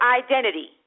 identity